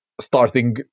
starting